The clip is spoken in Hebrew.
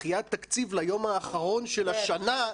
דחיית תקציב ליום האחרון של השנה.